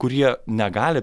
kurie negali